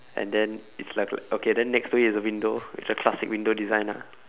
and then it's like okay then next to him is a window it's a classic window design ah